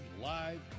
live